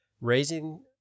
raising